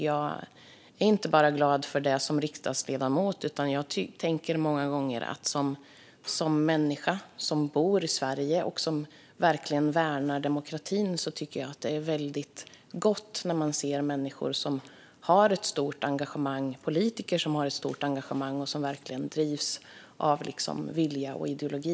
Jag är inte bara glad för det som riksdagsledamot, utan jag tycker som människa, som bor i Sverige och som verkligen värnar demokratin, att det är väldigt gott att se människor som har ett stort engagemang, politiker som har ett stort engagemang, och som verkligen drivs av vilja och ideologi.